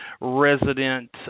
resident